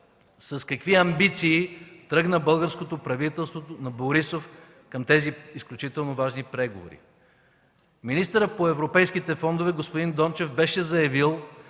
с какви амбиции тръгна българското правителство на Борисов към тези изключително важни преговори. Министърът по европейските фондове господин Дончев беше заявил